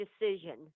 decision